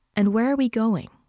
and where are we going?